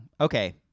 Okay